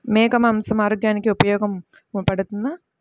మేక మాంసం ఆరోగ్యానికి ఉపయోగపడుతుందా?